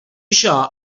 això